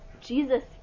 Jesus